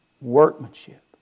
workmanship